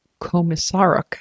Komisaruk